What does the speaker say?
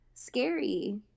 scary